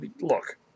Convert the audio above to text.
Look